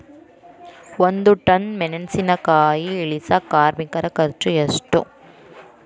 ಒಂದ್ ಟನ್ ಮೆಣಿಸಿನಕಾಯಿ ಇಳಸಾಕ್ ಕಾರ್ಮಿಕರ ಖರ್ಚು ಎಷ್ಟು?